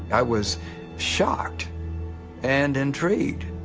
i was shocked and intrigued.